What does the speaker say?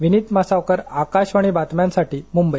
विनित मासावकर आकाशवाणी बातम्यांसाठी मुंबई